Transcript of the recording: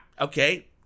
Okay